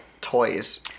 toys